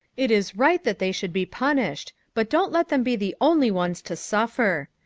it is right that they should be punished, but don't let them be the only ones to suffer.